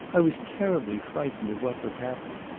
i was terribly frightened of what would happen.